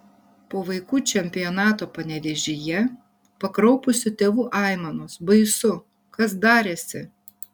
po vaikų čempionato panevėžyje pakraupusių tėvų aimanos baisu kas darėsi